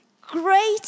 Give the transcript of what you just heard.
great